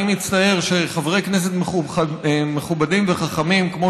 אני מצטער שחברי כנסת מכובדים וחכמים כמו